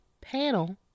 panel